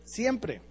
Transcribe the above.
siempre